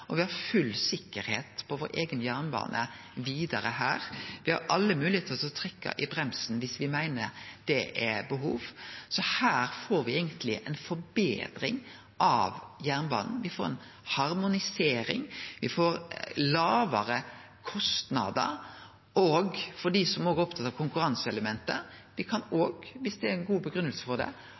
og me har full sikkerheit for vår eigen jernbane vidare. Me har alle moglegheiter til å trekkje i bremsen viss me meiner det er behov for det. Her får me eigentleg ei forbetring av jernbanen. Me får ei harmonisering. Me får lågare kostnader. Og for dei som er opptatt av konkurranseelementet: Viss det er ei god grunngiving for det,